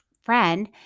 friend